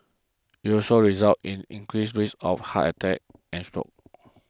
it also resulted in increased risk of heart attacks and strokes